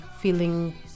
feeling